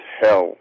hell